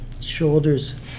Shoulders